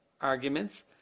arguments